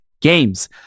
Games